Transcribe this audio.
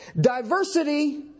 diversity